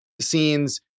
scenes